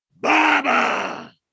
Baba